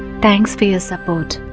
thanks for your support